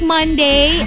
Monday